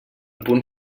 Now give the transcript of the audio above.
punt